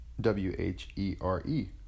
W-H-E-R-E